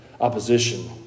opposition